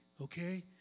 Okay